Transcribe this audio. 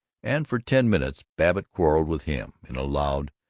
and for ten minutes babbitt quarreled with him, in a loud,